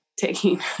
taking